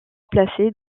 placés